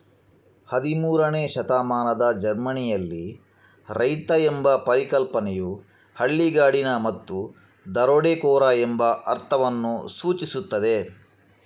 ಹದಿಮೂರನೇ ಶತಮಾನದ ಜರ್ಮನಿಯಲ್ಲಿ, ರೈತ ಎಂಬ ಪರಿಕಲ್ಪನೆಯು ಹಳ್ಳಿಗಾಡಿನ ಮತ್ತು ದರೋಡೆಕೋರ ಎಂಬ ಅರ್ಥವನ್ನು ಸೂಚಿಸುತ್ತದೆ